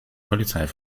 polizei